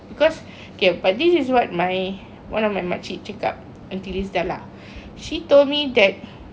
because okay but this is what my one of my makcik cakap auntie lisa lah she told me that